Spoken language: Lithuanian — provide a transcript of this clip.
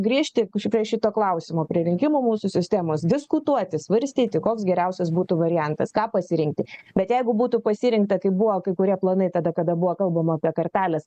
grįžti prie šito klausimo prie rinkimų mūsų sistemos diskutuoti svarstyti koks geriausias būtų variantas ką pasirinkti bet jeigu būtų pasirinkta kaip buvo kai kurie planai tada kada buvo kalbama apie kartelės